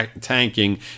tanking